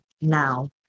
now